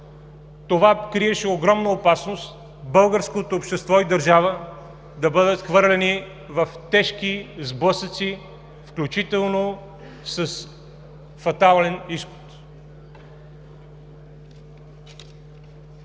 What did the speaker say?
Това криеше огромна опасност българското общество и държава да бъдат хвърлени в тежки сблъсъци, включително с фатален изход.